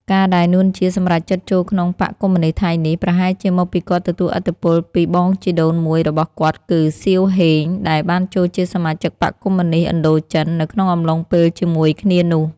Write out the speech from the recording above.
ការណ៍ដែល នួន ជា សម្រេចចិត្តចូលក្នុងបក្សកុម្មុយនិស្តថៃនេះ ប្រហែលជាមកពីគាត់ទទួលឥទ្ធិពលពីបងជីដូនមួយរបស់គាត់ គឺ សៀវ ហេង ដែលបានចូលជាសមាជិកបក្សកុម្មុយនិស្តឥណ្ឌូចិន នៅក្នុងអំឡុងពេលជាមួយគ្នានោះ។